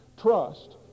trust